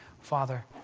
Father